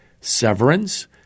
severance